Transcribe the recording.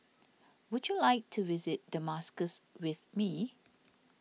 would you like to visit Damascus with me